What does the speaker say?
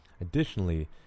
Additionally